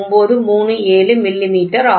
91937 millimetre